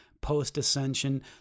post-ascension